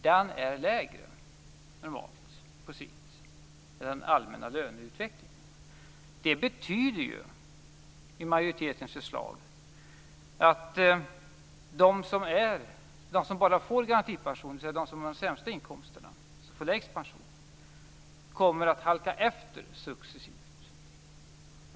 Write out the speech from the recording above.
Den är lägre på sikt än den allmänna löneutvecklingen. I majoritetens förslag betyder det att de som endast får garantipension - de med de sämsta inkomsterna - kommer att successivt halka efter.